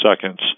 seconds